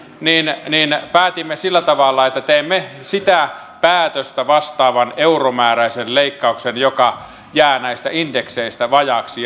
niin niin päätimme sillä tavalla että teemme sitä päätöstä vastaavan euromääräisen leikkauksen joka jää näistä indekseistä vajaaksi